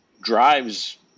drives